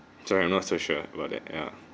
sorry I'm not so sure about that ya